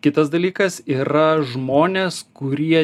kitas dalykas yra žmonės kurie